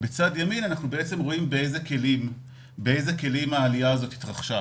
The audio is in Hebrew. בצד ימין של השקף אנחנו רואים באיזה כלים העלייה הזאת התרחשה.